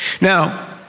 Now